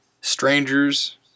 strangers